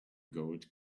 gold